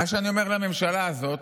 מה שאני אומר לממשלה הזאת: